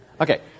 Okay